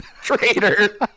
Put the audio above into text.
Traitor